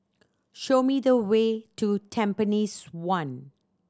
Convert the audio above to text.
show me the way to Tampines One